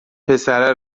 پسره